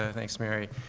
thanks mary.